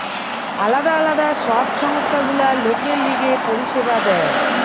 আলদা আলদা সব সংস্থা গুলা লোকের লিগে পরিষেবা দেয়